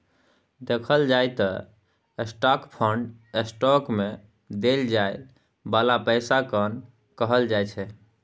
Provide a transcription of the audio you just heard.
देखल जाइ त स्टाक फंड स्टॉक मे देल जाइ बाला पैसा केँ कहल जाइ छै